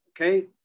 okay